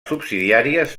subsidiàries